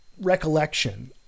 recollection